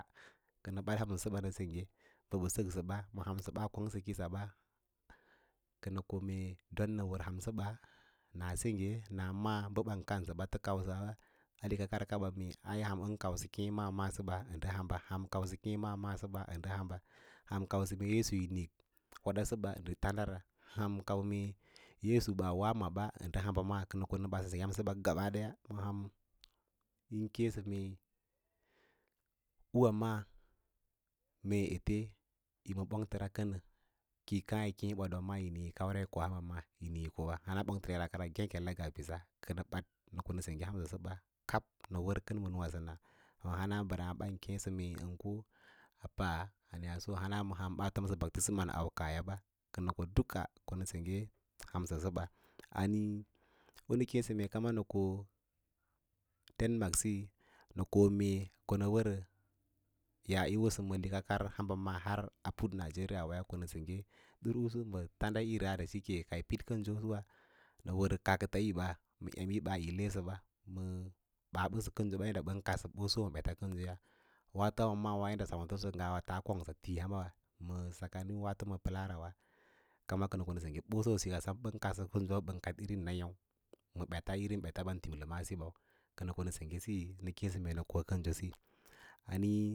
Kənə baɗ hansəɓa nə sengge mbə ɓə səksə ba ma hansə ɓa ma hansə ɓaa kongsə kissba. Kənə ko mee ɗon nə wər hansəɓa naa sengge naa ma’ā bə ɓan kausəba ham ən kausə keẽ maa maa səɓa, ndə hamba, ham kausə keẽ maa maa səba ndə hamba ham kausə mee yseu yi nik wooɗa səba ndə tamdara, ham kau mee yesu ɓaa woa ma ba ndə hamba maa kə ko nə baɗ nə senggə maa gabaɗaua ma ham yi keẽ mee u’wā maa mee ete yo ma ɓong təre kənə kəi kaã yi keẽ ɓotɓa maa yi kaura uɗ koa ham maaɓa yiniĩ ko wa hana ɓongtəra ꞌira ngêkelek ngaa ɓiss kənə bad nə ko nə sengge hansəsəba kab nə wər kən ma nuwa səna wè hana mbəraã bolo hana ma ham ɓa fomsə beptism aukaahiya ɓa kənə ko duka ko nə sengge hansəsəba u nə kěěsə mee kama nə kə denmar siyi nə ko mee nə ko nə wərə yaa yo wosə ma likar a hamba ma a put nigeria waya konə sengge ɗurlasu ma tandaꞌire da cike kai piɗ kənso so suwe nə wər kaakəts, nba ma baa yi lesəɓa ɓaa ɓəsə kənso yadda bən kadsə ɓoso ɓets kənsoya waato hambama ngaa yadda sa’utəsəya taa kongsa tii hamba ma tsakiwaato ma pəlaawa rama kənə senge nsosiyo sam ɓəm kaɗsəwa ɓən kadꞌiriu naya’u ma ɓeta irim ɓets ɓan timtimasiya ko nə ko nə sengge siyo shine nə kěěsə mee nə ko kənsosiyi.